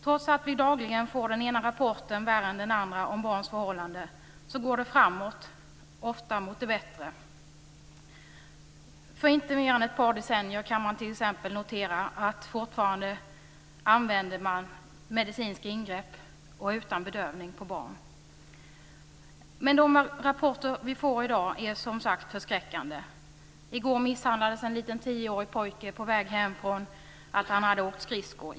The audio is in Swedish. Trots att vi dagligen får den ena rapporten värre än den andra om barns förhållanden så går det framåt, ofta mot det bättre. Man kan t.ex. notera att det för inte mer än ett par decennier sedan fortfarande gjordes t.ex. vissa medicinska ingrepp utan bedövning på barn. Men de rapporter vi får i dag är som sagt förskräckande. I går misshandlades en liten tioårig pojke på väg hem efter att han hade åkt skridskor.